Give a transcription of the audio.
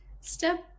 step